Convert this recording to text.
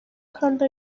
kandi